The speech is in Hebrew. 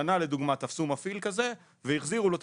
השנה לדוגמה תפסו מפעיל כזה והחזירו לו את